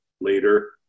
later